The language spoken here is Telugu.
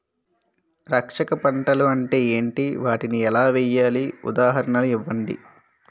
రక్షక పంటలు అంటే ఏంటి? వాటిని ఎలా వేయాలి? ఉదాహరణలు ఇవ్వండి?